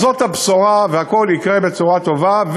אז זאת הבשורה, והכול יקרה בצורה טובה.